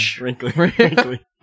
Wrinkly